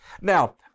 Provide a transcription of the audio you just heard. Now